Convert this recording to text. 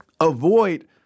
avoid